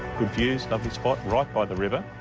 good views lovely spot right by the river.